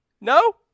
No